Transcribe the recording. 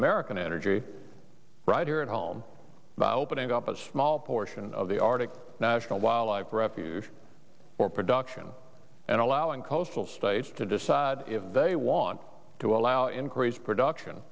american energy right here at home about opening up a small portion of the arctic national wildlife refuge or production and allowing coastal states to decide if they want to allow increased production